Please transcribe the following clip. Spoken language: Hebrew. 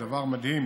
דבר מדהים,